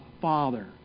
Father